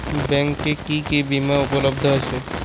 ব্যাংকে কি কি বিমা উপলব্ধ আছে?